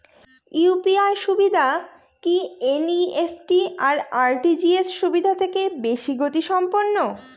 UPI সুবিধা কি NEFT আর আর.টি.জি.এস সুবিধা থেকে বেশি গতিসম্পন্ন?